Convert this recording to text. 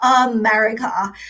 america